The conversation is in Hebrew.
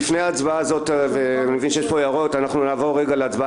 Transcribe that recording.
לפני ההצבעה הזאת ואני מבין שיש פה הערות אנחנו נעבור להצבעה